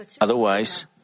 Otherwise